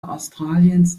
australiens